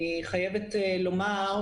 אני מייצג, למעשה,